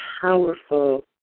powerful